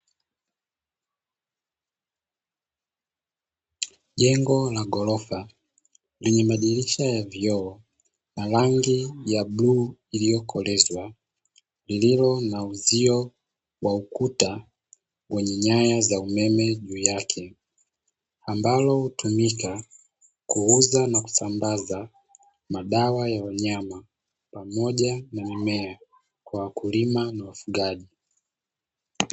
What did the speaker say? Jengo la ghorofa lenye madirisha ya vioo na rangi ya bluu iliyokolezwa lililo na uzio wa ukuta wenye nyaya za umeme, juu yake, ambalo hutumika kuuza na kusambaza madawa ya wanyama pamoja na mimea kwa wakulima na wafugaji.